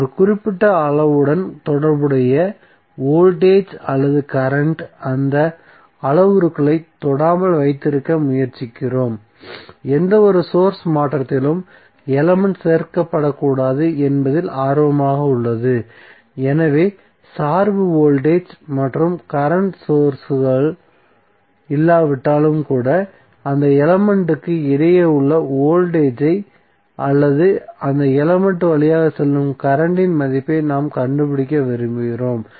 எனவே குறிப்பிட்ட அளவுடன் தொடர்புடைய வோல்டேஜ் அல்லது கரண்ட் ஐ அந்த அளவுருக்களைத் தொடாமல் வைத்திருக்க முயற்சிக்கிறோம் எந்தவொரு சோர்ஸ் மாற்றத்திலும் எலமென்ட் சேர்க்கப்படக்கூடாது என்பதில் ஆர்வமாக உள்ளது எனவே சார்பு வோல்டேஜ் அல்லது கரண்ட் சோர்ஸ்கள் இல்லாவிட்டாலும் கூட அந்த எலமென்ட்டுக்கு இடையே உள்ள வோல்டேஜ் ஐ அல்லது அந்த எலமென்ட் வழியாக செல்லும் கரண்ட்டின் மதிப்பை நாம் கண்டுபிடிக்க விரும்புகிறோம்